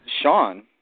Sean